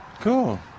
Cool